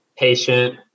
Patient